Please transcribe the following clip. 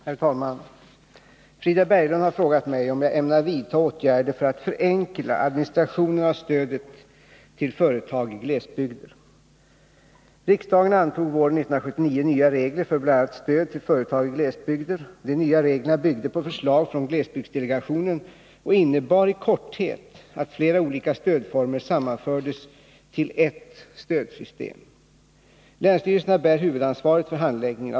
Herr talman! Frida Berglund har frågat mig om jag ämnar vidta åtgärder för att förenkla administrationen av stödet till företag i glesbygder. Riksdagen antog våren 1979 nya regler för bl.a. stöd till företag i glesbygder . De nya reglerna byggde på förslag från glesbygdsdelegationen och innebar i korthet att flera olika stödformer sammanfördes till ett stödsystem. Länsstyrelserna bär huvudansvaret för handläggningen.